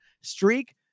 streak